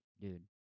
dude